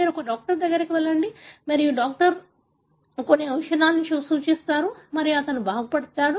మీరు మీ డాక్టర్ వద్దకు వెళ్లండి మరియు డాక్టర్ కొన్ని ఔషధాలను సూచిస్తారు మరియు అతను బాగుపడతాడు